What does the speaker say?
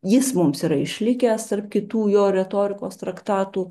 jis mums yra išlikęs tarp kitų jo retorikos traktatų